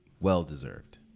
well-deserved